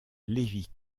lévy